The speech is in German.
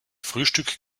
frühstück